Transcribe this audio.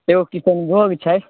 एगो किसनभोग छै